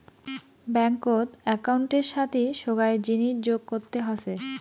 ব্যাঙ্কত একউন্টের সাথি সোগায় জিনিস যোগ করতে হসে